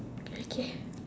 okay